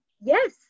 yes